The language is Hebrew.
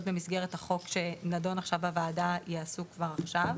במסגרת החוק שנדון עכשיו בוועדה ייעשו כבר עכשיו.